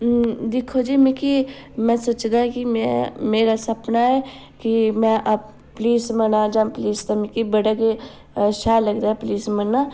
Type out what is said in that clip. दिक्खो जी मिगी में सोचे दा कि में मेरा सपना ऐ कि में पुलिस बना जां पुलिस दा मिगी बड़ा गै शैल लगदा पुलिस बनना